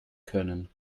können